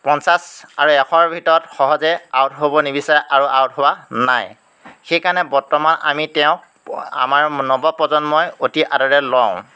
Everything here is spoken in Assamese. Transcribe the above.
পঞ্চাছ আৰু এশৰ ভিতৰত সহজে আউট হ'ব নিবিচাৰে আৰু আউট হোৱা নাই সেইকাৰণে বৰ্তমান আমি তেওঁক আমাৰ নৱ প্ৰজন্মই অতি আদৰে লওঁ